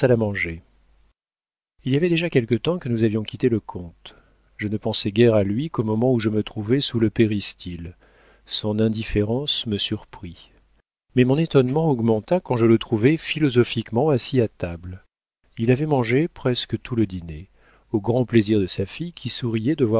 à manger il y avait déjà quelque temps que nous avions quitté le comte je ne pensai guère à lui qu'au moment où je me trouvai sous le péristyle son indifférence me surprit mais mon étonnement augmenta quand je le trouvai philosophiquement assis à table il avait mangé presque tout le dîner au grand plaisir de sa fille qui souriait